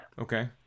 Okay